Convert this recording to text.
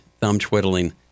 thumb-twiddling